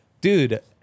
Dude